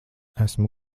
esmu